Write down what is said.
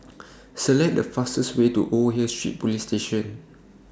Select The fastest Way to Old Hill Street Police Station